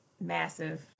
massive